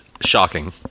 shocking